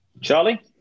Charlie